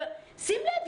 שים לב,